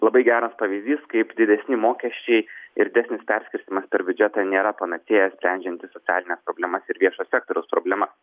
labai geras pavyzdys kaip didesni mokesčiai ir desnis perskirstymas per biudžetą nėra panacėja sprendžianti socialines problemas ir viešo sektoriaus problemas